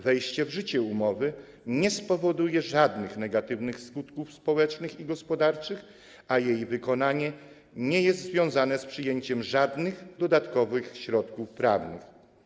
Wejście w życie umowy nie spowoduje żadnych negatywnych skutków społecznych i gospodarczych, a jej wykonanie nie jest związane z przyjęciem żadnych dodatkowych środków prawnych.